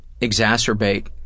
exacerbate